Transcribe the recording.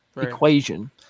equation